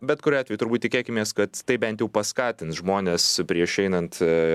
bet kuriuo atveju turbūt tikėkimės kad tai bent jau paskatins žmones prieš einant